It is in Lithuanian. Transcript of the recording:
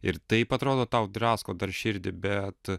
ir taip atrodo tau drasko dar širdį bet